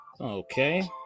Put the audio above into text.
okay